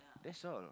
that's all